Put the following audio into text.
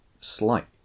slight